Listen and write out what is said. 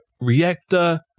reactor